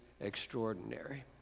extraordinary